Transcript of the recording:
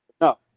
no